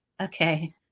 okay